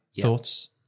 thoughts